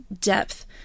depth